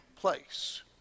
place